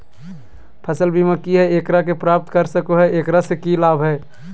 फसल बीमा की है, एकरा के प्राप्त कर सको है, एकरा से की लाभ है?